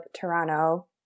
Toronto